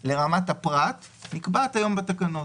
לרמת הפרט נקבעת היום בתקנות.